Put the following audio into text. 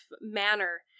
manner